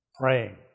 praying